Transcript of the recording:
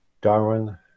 Darwin